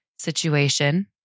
situation